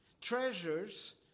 Treasures